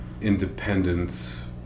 independence